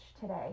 today